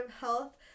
Health